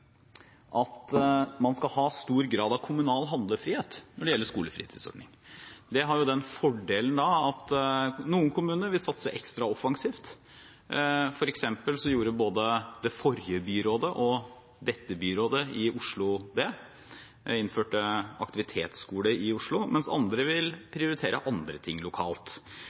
at man skal ha stor grad av kommunal handlefrihet når det gjelder skolefritidsordningen. Det har den fordelen at noen kommuner vil satse ekstra offensivt. For eksempel gjorde både det forrige og det nåværende byrådet i Oslo det – de innførte aktivitetsskole i Oslo – mens andre vil prioritere andre ting lokalt.